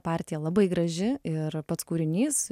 partija labai graži ir pats kūrinys